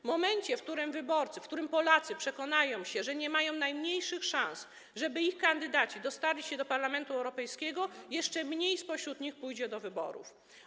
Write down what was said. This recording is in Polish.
W momencie, w którym wyborcy, w którym Polacy przekonają się, że nie ma najmniejszych szans, żeby ich kandydaci dostali się do Parlamentu Europejskiego, jeszcze mniej spośród nich pójdzie do wyborów.